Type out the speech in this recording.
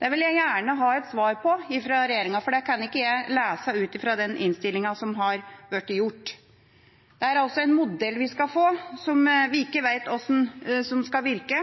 Det vil jeg gjerne ha et svar på fra regjeringa, for det kan ikke jeg lese ut fra innstillinga. Vi skal få en modell som vi ikke vet hvordan skal virke.